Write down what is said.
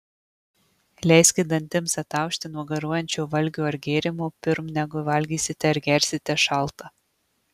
leiskit dantims ataušti nuo garuojančio valgio ar gėrimo pirm negu valgysite ar gersite šaltą